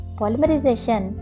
polymerization